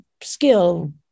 skill